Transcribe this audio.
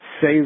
say